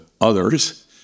others